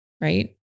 right